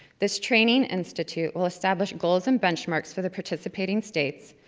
this training institute will establish goals and benchmarks for the participating states,